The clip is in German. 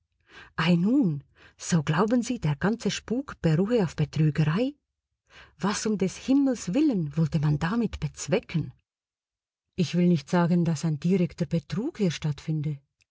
nun so glauben sie der ganze spuk beruhe auf betrügerei was um des himmels willen wollte man damit bezwecken ich will nicht sagen daß ein direkter betrug hier stattfinde